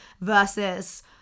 versus